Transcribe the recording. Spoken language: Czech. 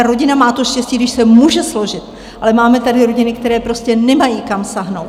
Rodina má štěstí, když se může složit, ale máme tady rodiny, které prostě nemají kam sáhnout.